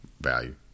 value